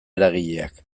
eragileak